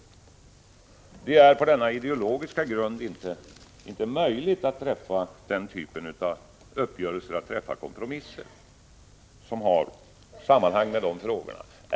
Det är på ideologiska grunder inte möjligt att träffa några kompromisser som har sammanhang med dessa frågor.